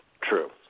true